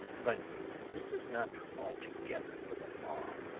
but this is not altogether for the law.